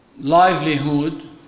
livelihood